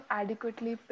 adequately